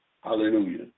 Hallelujah